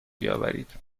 بیاورید